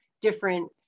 different